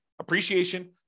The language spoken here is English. appreciation